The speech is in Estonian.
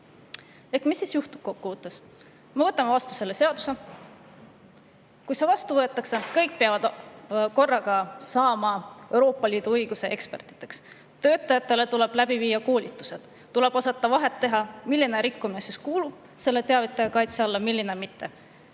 Mis siis kokkuvõttes juhtub? Me võtame vastu selle seaduse ja kui see vastu võetakse, siis peavad kõik saama korraga Euroopa Liidu õiguse ekspertideks. Töötajatele tuleb teha koolitusi, tuleb osata vahet teha, milline rikkumine kuulub selle teavitaja kaitse alla, milline mitte.